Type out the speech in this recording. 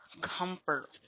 comfort